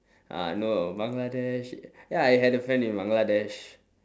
uh no bangladesh ya I had a friend in bangladesh